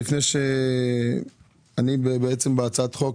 בהצעת החוק,